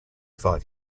five